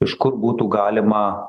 iš kur būtų galima